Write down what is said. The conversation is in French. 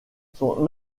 son